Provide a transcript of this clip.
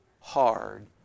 hard